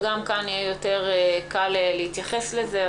וגם כאן יהיה יותר קל להתייחס לזה.